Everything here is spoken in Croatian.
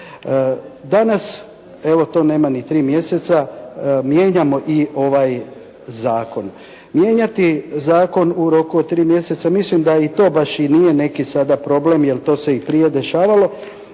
Danas, evo tome nema ni tri mjeseca, mijenjamo i ovaj zakon. Mijenjati zakon u roku od tri mjeseca mislim da to nije neki sada problem jel to se i prije dešavalo,